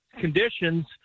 conditions